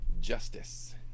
justice